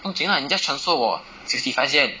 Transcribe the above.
不用紧 lah 你 just transfer 我 sixty five 先